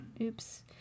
Oops